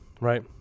right